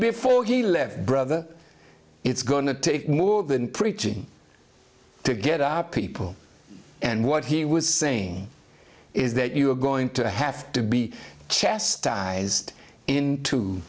before he left brother it's going to take more than preaching to get up people and what he was saying is that you're going to have to be chastised in